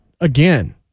again